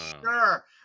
sure